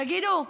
תגידו,